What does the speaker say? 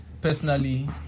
Personally